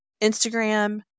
Instagram